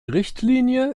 richtlinie